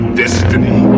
destiny